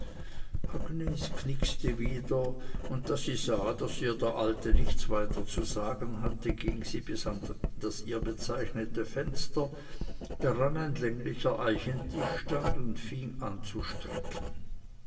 wieder und da sie sah daß ihr der alte weiter nichts zu sagen hatte ging sie bis an das ihr bezeichnete fenster dran ein länglicher eichentisch stand und fing an zu stricken